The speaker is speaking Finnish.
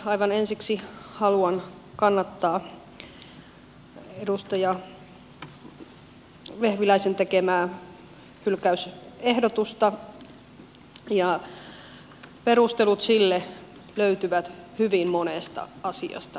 aivan ensiksi haluan kannattaa edustaja vehviläisen tekemää hylkäysehdotusta ja perustelut sille löytyvät hyvin monesta asiasta